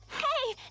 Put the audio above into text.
hey